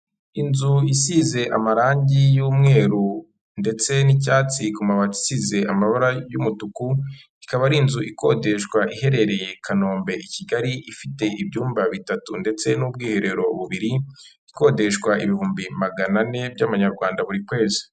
Inzu isize amarangi y'umweru ndetse n'icyatsi, ku mabati isize amabara y'umutuku ikaba ari inzu ikodeshwa iherereye i Kanombe, i Kigali ifite ibyumba bitatu ndetse n'ubwiherero bubiri, ikodeshwa ibihumbi magana ane by'amanyarwanda buri kwezi.